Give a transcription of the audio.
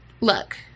Look